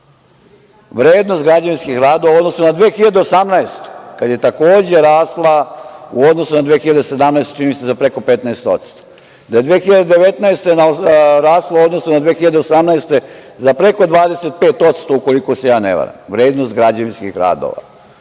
vrednost građevinskih radova u odnosno na 2018. godinu, kada je takođe rasla u odnosu na 2017. godinu, čini mi se za preko 15%, da je 2019. godina, rasla u odnosu na 2018. godine za preko 25% ukoliko se ja ne varam, vrednost građevinskih radova?